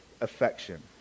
affection